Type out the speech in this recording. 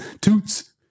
toots